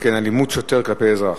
אלימות שוטר כלפי אזרח.